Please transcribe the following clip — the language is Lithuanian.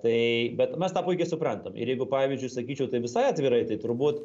tai bet mes tą puikiai suprantam ir jeigu pavyzdžiui sakyčiau taip visai atvirai tai turbūt